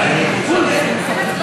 אסור.